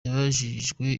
yabajijwe